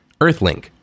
Earthlink